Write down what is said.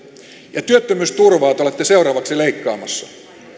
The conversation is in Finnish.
ja työttömyysturvaa te olette seuraavaksi leikkaamassa